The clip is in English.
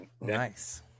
nice